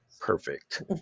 perfect